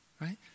right